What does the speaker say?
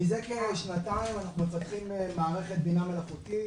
מזה כשנתיים אנחנו מפתחים מערכת בינה מלאכותית